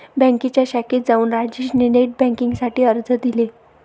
बँकेच्या शाखेत जाऊन राजेश ने नेट बेन्किंग साठी अर्ज दिले